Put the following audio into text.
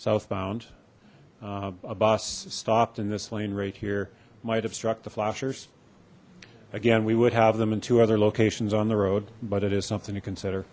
southbound a bus stopped in this lane right here might obstruct the flashers again we would have them in two other locations on the road but it is something to consider